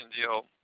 deal